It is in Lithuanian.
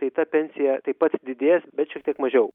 tai ta pensija taip pat didės bet šiek tiek mažiau